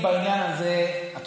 בעניין הזה אני,